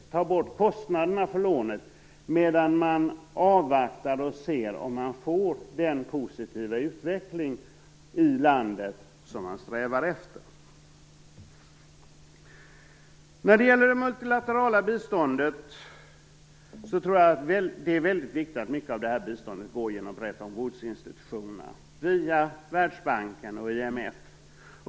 Man tar bort kostnaderna för lånet medan man avvaktar och ser om man får den positiva utveckling i landet som man strävar efter. När det gäller det mulilaterala biståndet är det väldigt viktigt att mycket av detta bistånd går genom IMF.